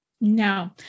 no